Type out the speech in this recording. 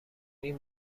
این